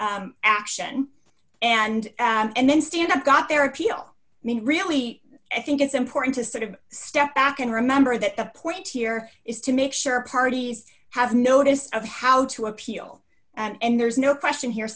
action and and then stand up got their appeal i mean really i think it's important to sort of step back and remember that the point here is to make sure parties have notice of how to appeal and there's no question here